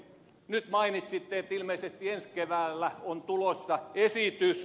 nyt mainitsitte että ilmeisesti ensi keväällä on tulossa esitys